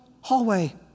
hallway